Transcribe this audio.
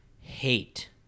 hate